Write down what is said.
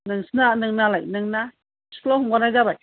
नोंसिना नोंनालाय नोंना स्कुलाव हगारनाय जाबाय